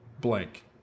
blank